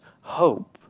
hope